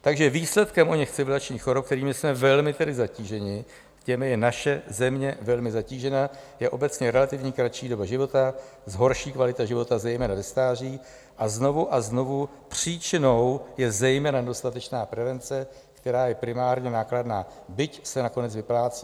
Takže výsledkem oněch civilizačních chorob, kterými jsme tedy velmi zatíženi, těmi je naše země velmi zatížena, je obecně relativní kratší doba života, horší kvalita života zejména ve stáří, a znovu a znovu, příčinou je zejména nedostatečná prevence, která je primárně nákladná, byť se nakonec vyplácí.